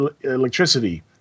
electricity